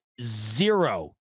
zero